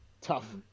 tough